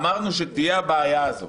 אמרנו שתהיה הבעיה הזאת.